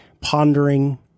pondering